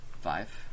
Five